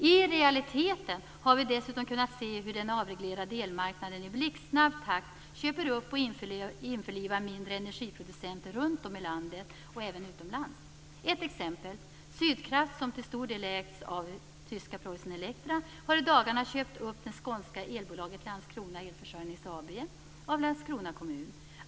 I realiteten har vi dessutom kunnat se hur den avreglerade elmarknaden i blixtsnabb takt köper upp och införlivar mindre energiproducenter runt om i landet och även utomlands. Ett exempel: Sydkraft, som till stor del ägs av tyska Preussen-Elektra har i dagarna köpt upp det skånska elbolaget Landskrona Elförsörjnings AB av Landskrona kommun.